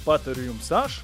patariu jums aš